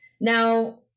Now